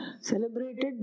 Celebrated